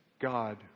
God